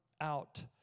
out